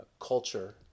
culture